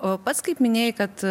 o pats kaip minėjai kad